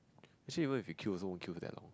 actually even if you queue also won't queue that long